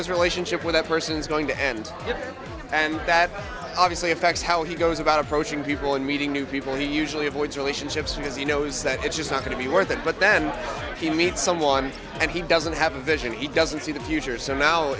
his relationship with that person is going to end and that obviously affects how he goes about approaching people and meeting new people he usually avoids relationships because he knows that it's just not going to be worth it but then he meets someone and he doesn't have a vision he doesn't see the future so now